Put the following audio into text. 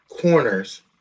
corners